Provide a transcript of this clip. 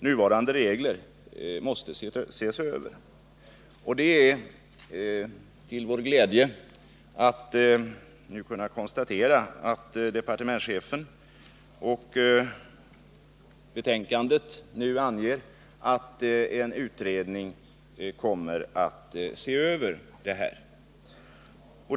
Nuvarande regler måste sålunda ses över.” Det är med glädje vi nu konstaterar att departementschefen och utskottet anger att en utredning kommer att se över de här frågorna.